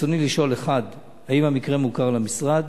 רצוני לשאול: 1. האם המקרה מוכר למשרד?